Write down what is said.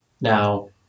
Now